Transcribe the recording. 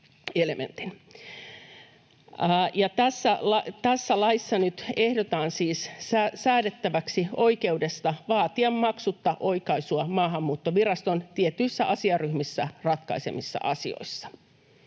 Tässä laissa nyt ehdotetaan siis säädettäväksi oikeudesta vaatia maksutta oikaisua Maahanmuuttoviraston tietyissä asiaryhmissä ratkaisemissa asioissa.